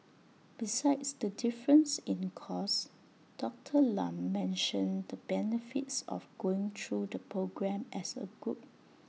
besides the difference in cost Doctor Lam mentioned the benefits of going through the programme as A group